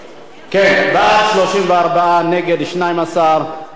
יהודים היו אלה שלאורך המאה ה-20 ברחו על נפשם מכל מיני משטרי עריצות,